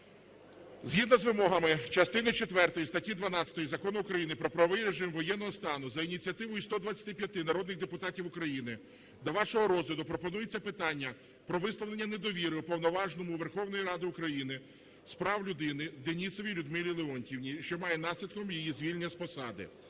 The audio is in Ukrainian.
згідно з вимогами частини четвертої статті 12 Закону України "Про правовий режим воєнного стану" за ініціативою 125 народних депутатів України до вашого розгляду пропонується питання про висловлення недовіри Уповноваженому Верховної Ради України з прав людини Денісовій Людмилі Леонтіївні, що має наслідком її звільнення з посади.